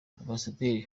ambasaderi